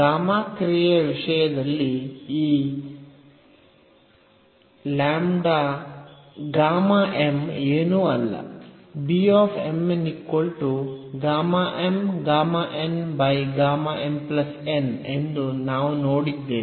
gamma ಕ್ರಿಯೆಯ ವಿಷಯದಲ್ಲಿ ಈ ಏನೂ ಅಲ್ಲ ಎಂದು ನಾವು ನೋಡಿದ್ದೇವೆ